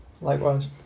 Likewise